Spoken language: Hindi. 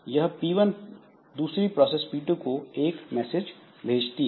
यह P1 दूसरी प्रोसेस P2 को एक मैसेज भेजती है